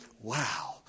Wow